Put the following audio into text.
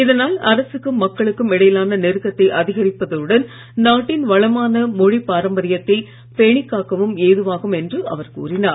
இதனால் அரசுக்கும் மக்களுக்கும் இடையிலான நெருக்கத்தை அதிகரிப்பதுடன் நாட்டின் வளமான மொழிப் பாரம்பரியத்தைப் பேணிக் காக்கவும் ஏதுவாகும் என்று அவர் கூறினார்